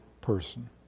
person